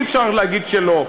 אי-אפשר להגיד שלא,